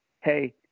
hey